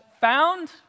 found